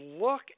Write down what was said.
look